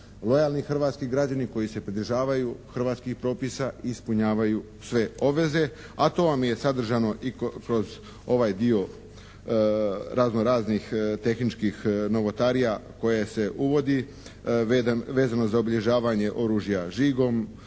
lojalni hrvatski građani, koji se pridržavaju hrvatskih propisa i ispunjavaju sve obveze, a to vam je sadržano i kroz ovaj dio razno raznih tehničkih novotarija koje se uvodi vezano za obilježavanje oružja žigom,